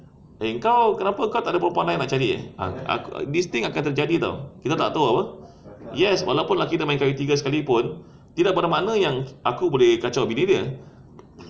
eh kau kenapa kau tak ada perempuan lain nak cari eh this thing akan terjadi [tau] kita tak tahu apa yes walaupun lelaki dia main tiga sekali pun tidak bermakna yang aku boleh kacau bini dia